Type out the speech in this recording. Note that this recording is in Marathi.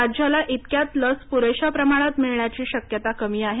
राज्याला इतक्यात लस पुरेशा प्रमाणात मिळण्याची शक्यता कमी आहे